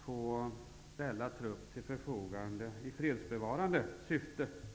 få ställa trupp till förfogande i fredsbevarande syfte.